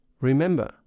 remember